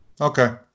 Okay